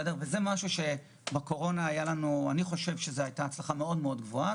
זה משהו שלדעתי הייתה בו הצלחה מאוד גדולה בקורונה,